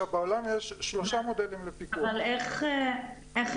בעולם יש שלושה מודלים לפיקוח --- אבל איך אתה